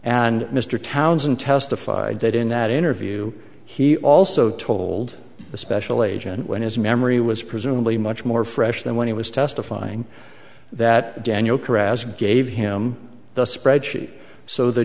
and mr townsend testified that in that interview he also told the special agent when his memory was presumably much more fresh than when he was testifying that daniel corrals gave him the spreadsheet so the